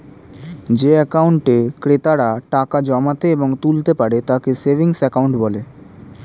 যে অ্যাকাউন্টে ক্রেতারা টাকা জমাতে এবং তুলতে পারে তাকে সেভিংস অ্যাকাউন্ট বলে